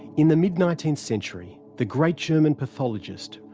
in the mid-nineteenth century, the great german pathologist,